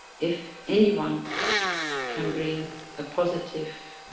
if anyone can bring a positive